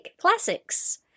classics